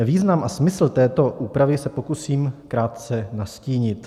Význam a smysl této úpravy se pokusím krátce nastínit.